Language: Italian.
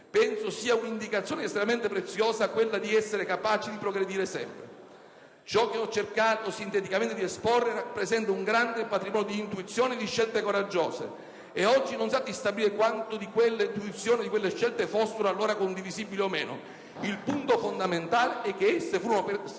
Penso sia un'indicazione estremamente preziosa, quella di essere capaci di progredire sempre. Ciò che ho cercato sinteticamente di esporre, rappresenta un grande patrimonio di intuizioni e di scelte coraggiose. E oggi non si tratta di stabilire quante di quelle intuizioni e di quelle scelte fossero allora condivisibili o meno. II punto fondamentale è che esse furono sempre,